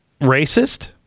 racist